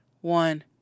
One